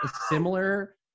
similar